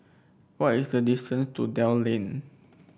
what is the distance to Dell Lane